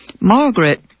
Margaret